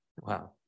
Wow